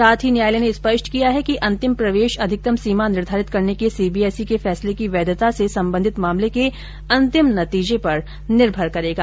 साथ ही न्यायालय ने स्पष्ट किया है कि अंतिम प्रवेश अधिकतम सीमा निर्धारित करने के सीबीएसई के फैसले की वैधता से सबंधित मामले के अंतिम नतीजे पर निर्भर करेगा